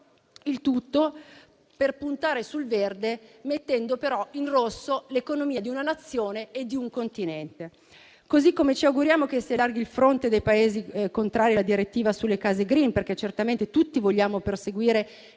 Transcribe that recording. il tutto per puntare sul verde, mandando però in rosso l'economia di una Nazione e di un Continente. Allo stesso modo, ci auguriamo che si allarghi il fronte dei Paesi contrari alla direttiva sulle case *green*, perché certamente tutti vogliamo perseguire